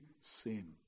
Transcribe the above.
sin